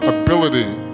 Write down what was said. ability